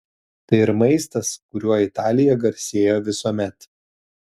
tai ir maistas kuriuo italija garsėjo visuomet